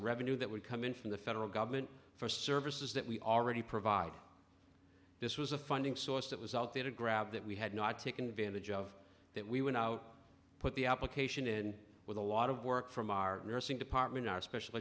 revenue that would come in from the federal government for services that we already provide this was a funding source that was out there to grab that we had not taken advantage of that we went out put the application in with a lot of work from our nursing department our special